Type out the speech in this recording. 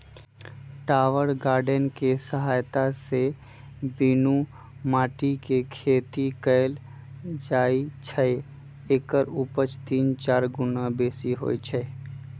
tower garden कें सहायत से बीनु माटीके खेती कएल जाइ छइ एकर उपज तीन चार गुन्ना बेशी होइ छइ